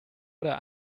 oder